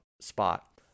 spot